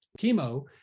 chemo